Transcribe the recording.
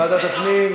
ועדת הפנים.